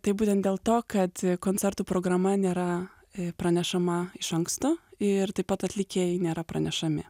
tai būtent dėl to kad koncertų programa nėra pranešama iš anksto ir taip pat atlikėjai nėra pranešami